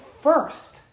first